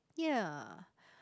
ya